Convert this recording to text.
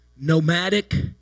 nomadic